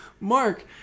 mark